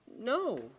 no